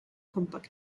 compact